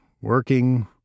working